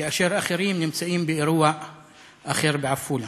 ואחרים נמצאים באירוע אחר בעפולה.